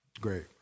Great